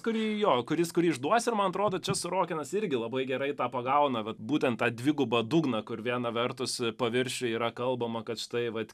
kurį jo kuris kuri išduos ir man atrodo čia sorokinas irgi labai gerai tą pagauna vat būtent tą dvigubą dugną kur viena vertus paviršiuj yra kalbama kad štai vat